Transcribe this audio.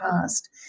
past